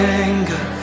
anger